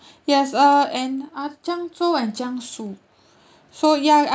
yes uh and I've jianghu and jiangsu so ya I would